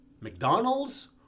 McDonald's